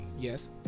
Yes